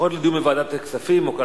שיעבור לדיון בוועדת הכספים, או כלכלה.